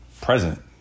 present